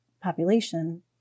population